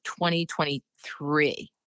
2023